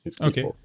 okay